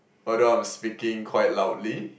although I'm speaking quite loudly